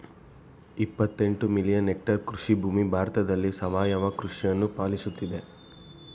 ಇಪ್ಪತ್ತೆಂಟು million hectare ಕೃಷಿಭೂಮಿ ಭಾರತದಲ್ಲಿ ಸಾವಯವ ಕೃಷಿಯನ್ನು ಪಾಲಿಸುತ್ತಿದೆ